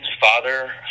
father